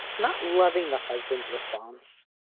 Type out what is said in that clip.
not loving the husband's response,